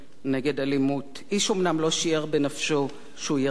איש אומנם לא שיער בנפשו שהוא יירצח עם תום העצרת,